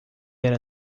era